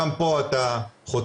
גם פה אתה חוטא.